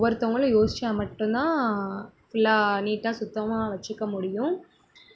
ஒவ்வொருத்தவங்களையும் யோசித்தா மட்டும்தான் ஃபுல்லாக நீட்டாக சுத்தமாக வச்சுக்கமுடியும்